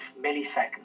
milliseconds